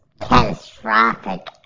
catastrophic